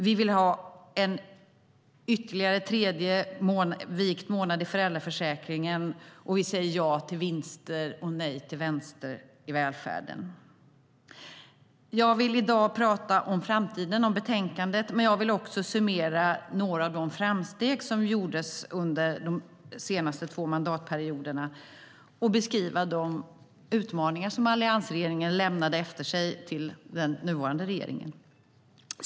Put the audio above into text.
Vi vill ha en tredje månad vikt i föräldraförsäkringen. Och vi säger ja till vinster och nej till vänster i välfärden. Jag vill i dag prata om framtiden, om betänkandet, men jag vill också summera några av de framsteg som gjordes under de senaste två mandatperioderna och beskriva de utmaningar som alliansregeringen lämnade efter sig till den nuvarande regeringen.